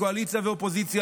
קואליציה ואופוזיציה,